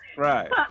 Right